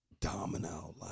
Domino